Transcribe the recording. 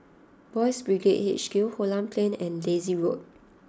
Boys' Brigade H Q Holland Plain and Daisy Road